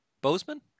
Bozeman